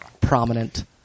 prominent